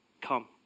come